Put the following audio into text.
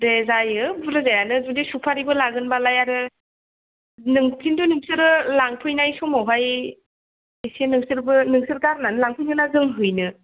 दे जायो बुरजायानो जुदि सुफारिबो लागोनबालाय आरो नों खिन्थु नोंसोरो लांफैनाय समावहाय एसे नोंसोरबो गारनानै लांफैगोनना जों हैनो